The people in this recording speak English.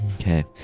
Okay